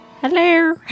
hello